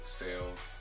sales